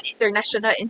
international